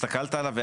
הסתכלת עליו?